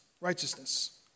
righteousness